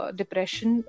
depression